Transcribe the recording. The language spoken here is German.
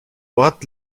ort